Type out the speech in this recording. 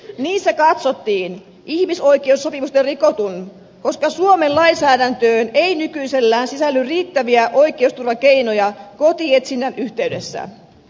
niissä katsottiin ihmisoikeussopimuksia rikotun koska suomen lainsäädäntöön ei nykyisellään sisälly riittäviä oikeusturvakeinoja kotietsinnän yhteydessä